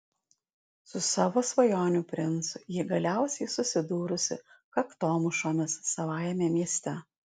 su savo svajonių princu ji galiausiai susidūrusi kaktomušomis savajame mieste